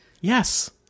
Yes